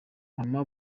mama